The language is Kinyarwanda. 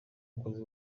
umukozi